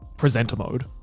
presenter mode.